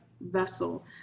vessel